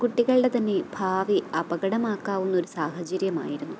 കുട്ടികളുടെ തന്നെ ഭാവി അപകടമാക്കാവുന്ന ഒരു സാഹചര്യമായിരുന്നു